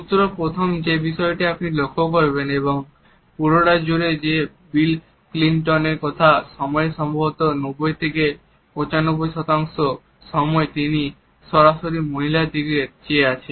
সূত্র প্রথম যে বিষয়টি আপনি লক্ষ্য করবেন এবং পুরোটা জুড়ে যে বিল ক্লিনটনের কথা বলার সময়ের সম্ভবত 90 থেকে 95 শতাংশ সময় তিনি সরাসরি মহিলার দিকে চেয়ে আছেন